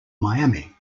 miami